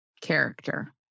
character